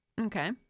Okay